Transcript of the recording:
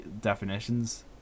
definitions